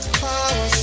power